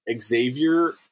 Xavier